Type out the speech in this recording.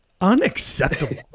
Unacceptable